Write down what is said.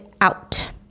out